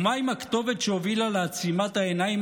ומה עם הכתובת שהובילה לעצימת העיניים